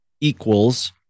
equals